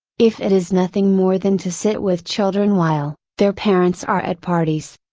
if it is nothing more than to sit with children while, their parents are at parties,